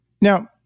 Now